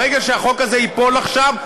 ברגע שהחוק הזה ייפול עכשיו,